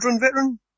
Veteran